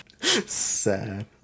sad